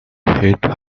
hate